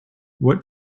what